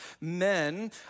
men